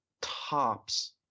tops